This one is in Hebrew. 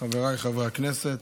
חבריי חברי הכנסת,